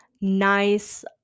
nice